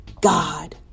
God